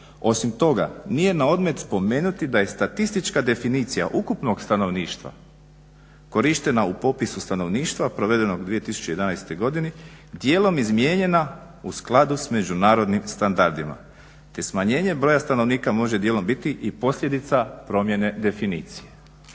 Osim toga, nije na odmet spomenuti da je statistička definicija ukupnog stanovništva korištena u popisu stanovništva provedenog u 2011. godini djelom izmijenjena u skladu s međunarodnim standardima, te smanjenjem broja stanovnika može djelom biti i posljedica promjene definicije.